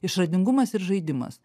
išradingumas ir žaidimas